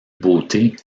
beauté